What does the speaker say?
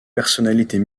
personnalités